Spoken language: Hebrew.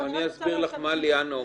אני אסביר מה ליאנה אומרת.